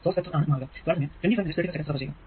source vector ആണ് മാറുക